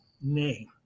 name